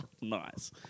Nice